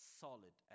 solid